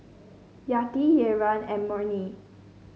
Yati Rayyan and Murni